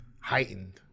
heightened